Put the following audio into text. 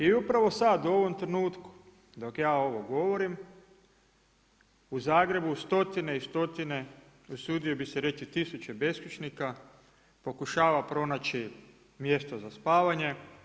I upravo sad u ovom trenutku dok ja ovo govorim u Zagrebu stotine i stotine usudio bih se reći tisuće beskućnika pokušava pronaći mjesto za spavanje.